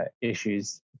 issues